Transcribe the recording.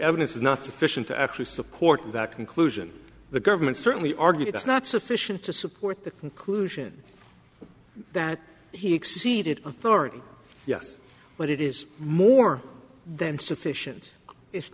evidence is not sufficient to actually support that conclusion the government certainly argued it's not sufficient to support the conclusion that he exceeded authority yes but it is more than sufficient i